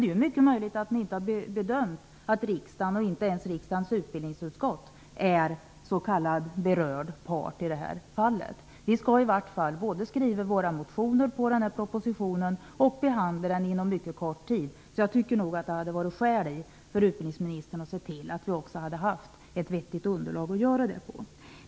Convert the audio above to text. Det är mycket möjligt att ni har bedömt att inte riksdagen och inte ens riksdagens utbildningsutskott är s.k. berörd part i det här fallet. Men vi skall ju ändå både ha möjlighet väcka motioner med anledning av propositionen och behandla den inom mycket kort tid. Jag tycker därför att det hade varit skäl för utbildningsministern att se till att vi har ett vettigt underlag för detta.